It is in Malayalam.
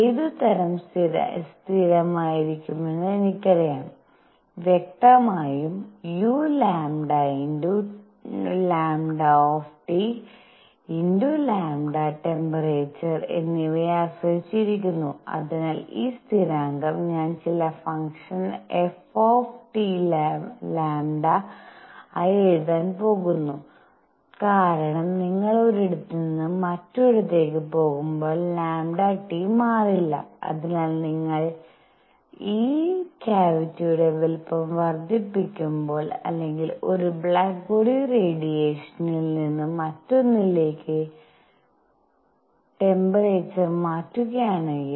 ഏതുതരം സ്ഥിരമായിരിക്കുമെന്ന് എനിക്കറിയാം വ്യക്തമായുംuλλട്ടെമ്പേറെചർ എന്നിവയെ ആശ്രയിച്ചിരിക്കുന്നു അതിനാൽ ഈ സ്ഥിരാങ്കം ഞാൻ ചില ഫംഗ്ഷൻ f Tλ ആയി എഴുതാൻ പോകുന്നു കാരണം നിങ്ങൾ ഒരിടത്ത് നിന്ന് മറ്റൊരിടത്തേക്ക് പോകുമ്പോൾ λT മാറില്ല അതിനാൽ നിങ്ങൾ ഈ ക്യാവിറ്റിയുടെ വലുപ്പം വർദ്ധിപ്പിക്കുമ്പോൾ അല്ലെങ്കിൽ ഒരു ബ്ലാക്ക് ബോഡി റേഡിയേഷനിൽ നിന്ന് മറ്റൊന്നിലേക്ക് ട്ടെമ്പേറെചർ മാറ്റുകയാണെങ്കിൽ